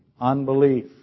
Unbelief